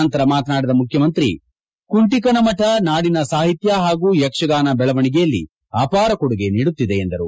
ನಂತರ ಮಾತನಾಡಿದ ಮುಖ್ಯಮಂತ್ರಿ ಕುಂಟಿಕನಮಠ ನಾಡಿನ ಸಾಹಿತ್ಯ ಯಕ್ಷಗಾನ ಬೆಳವಣಿಗೆಯಲ್ಲಿ ಅಪಾರ ಕೂಡುಗೆ ನೀಡುತ್ತಿದೆ ಎಂದರು